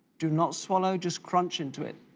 do not swol owe, just crunch into it.